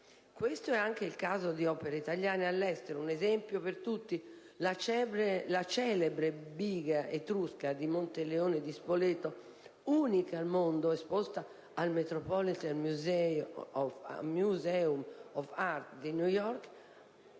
Questo è anche il caso di opere italiane all'estero. Un esempio per tutti: la celebre biga etrusca di Monteleone di Spoleto, unica al mondo, esposta al Metropolitan Museum of Art di New York,